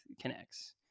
connects